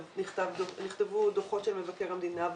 נכתבו דוחות מבקר המדינה,